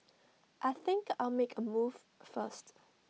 I think I'll make A move first